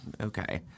okay